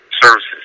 services